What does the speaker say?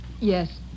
Yes